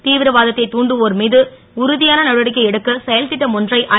தீவிரவாததைத் தூண்டுவோர் மீது உறு யான நடவடிக்கை எடுக்க செயல் ட்டம் ஒன்றை ஐ